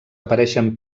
apareixen